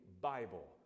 Bible